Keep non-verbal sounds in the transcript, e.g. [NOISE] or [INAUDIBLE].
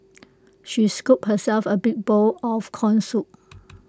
she scooped herself A big bowl of Corn Soup [NOISE]